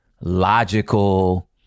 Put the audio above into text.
logical